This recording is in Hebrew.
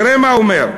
תראו מה הוא אומר: